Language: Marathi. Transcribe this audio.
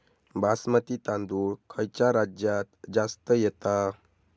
बासमती तांदूळ खयच्या राज्यात जास्त येता?